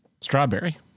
strawberry